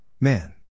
Man